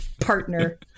partner